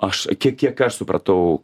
aš kiek kiek aš supratau